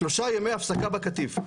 שלושה ימי הפסקה בקטיף.